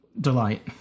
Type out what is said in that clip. delight